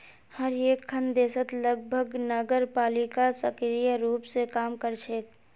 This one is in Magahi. हर एकखन देशत लगभग नगरपालिका सक्रिय रूप स काम कर छेक